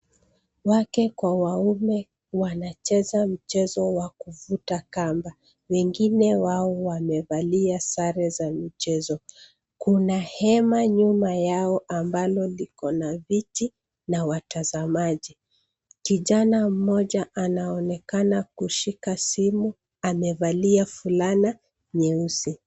Wake kwa waume wanacheza mchezo wa kuvuta kamba, wengine wao wamevalia sare za mchezo. Kuna hema nyuma yao ambalo liko na viti na watazamaji. Kijana mmoja anaonekana kushika simu, amevalia fulana nyeusi.